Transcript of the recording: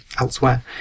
elsewhere